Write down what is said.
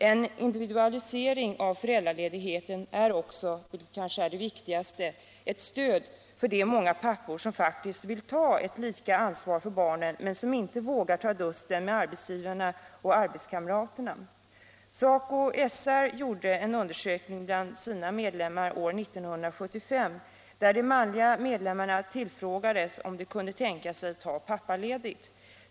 En individualisering av föräldraledigheten är också — vilket kanske är det viktigaste — ett stöd för de många pappor som faktiskt vill ta ett lika ansvar för barnen men Allmänpolitisk debatt Allmänpolitisk debatt som inte vågar ta dusten med arbetsgivarna och arbetskamraterna. SACO/SR gjorde en undersökning bland sina medlemmar år 1975 där de manliga medlemmarna tillfrågades om de kunde tänka sig ta pappaledigt.